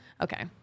okay